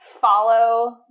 follow